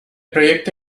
proyecto